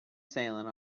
sailing